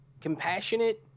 compassionate